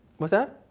what's that?